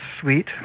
sweet